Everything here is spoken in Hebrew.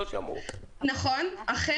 נכון, לכן